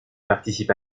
participe